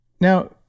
Now